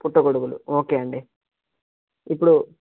పుట్టగొడుగులు ఓకే అండి ఇప్పుడు